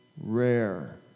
rare